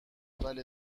بله